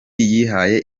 yihaye